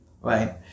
right